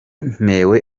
ntewe